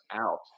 out